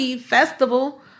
festival